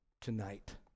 tonight